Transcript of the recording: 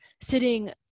sitting